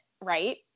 Right